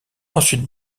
ensuite